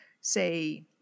say